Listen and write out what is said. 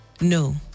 No